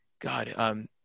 God